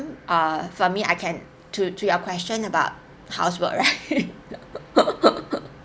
uh for me I can to to your question about housework right